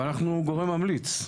אבל אנחנו גורם ממליץ.